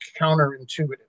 counterintuitive